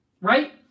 right